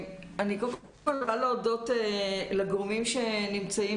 אני קודם כל רוצה להודות לגורמים שנמצאים